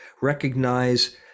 recognize